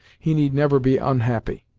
he need never be unhappy.